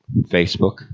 Facebook